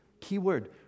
Keyword